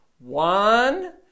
One